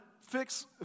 fix